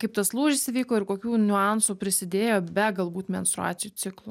kaip tas lūžis įvyko ir kokių niuansų prisidėjo be galbūt menstruacijų ciklo